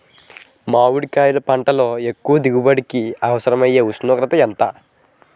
మామిడికాయలును పంటలో ఎక్కువ దిగుబడికి అవసరమైన ఉష్ణోగ్రత ఎంత?